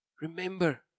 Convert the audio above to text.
remember